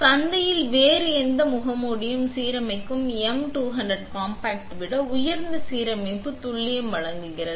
சந்தையில் வேறு எந்த முகமூடியும் சீரமைப்பு M200 காம்பாக்ட் விட உயர்ந்த சீரமைப்பு துல்லியம் வழங்குகிறது